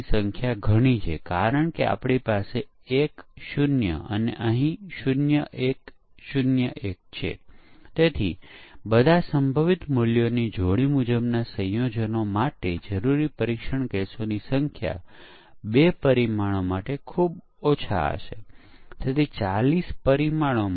પરીક્ષણનું વર્ણન અને પરીક્ષણ કેસ ડિઝાઇન તમે જોશો તેમ પરીક્ષણ વર્ણન એ છે કે પરીક્ષણ કેસનું ખૂબ ઉચ્ચ સ્તરનું વર્ણન જ્યાં એક પરીક્ષણ કેસ છે તે વાસ્તવિક પરીક્ષણ કેસ છે જ્યાં આપણે બરાબર ઇનપુટ ડેટા શું છે કઈ સ્થિતિ અને તેથી બધી વિગતો લખીએ છીએ